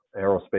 aerospace